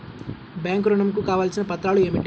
Bank ఋణం కు కావలసిన పత్రాలు ఏమిటి?